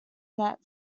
that